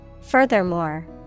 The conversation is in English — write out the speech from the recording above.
Furthermore